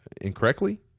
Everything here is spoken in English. incorrectly